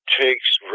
takes